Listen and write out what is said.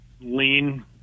lean